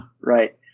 Right